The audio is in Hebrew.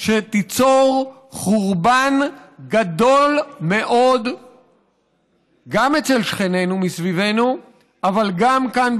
שתיצור חורבן גדול מאוד גם אצל שכנינו מסביבנו אבל גם כאן,